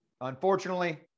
Unfortunately